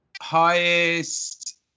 highest